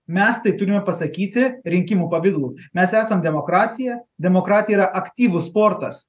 mes tai turime pasakyti rinkimų pavidalu mes esam demokratija demokratija yra aktyvus sportas